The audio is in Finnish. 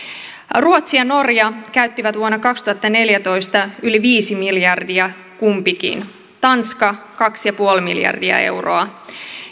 ruotsi ja norja käyttivät vuonna kaksituhattaneljätoista yli viisi miljardia kumpikin tanska kaksi pilkku viisi miljardia euroa